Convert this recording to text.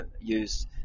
use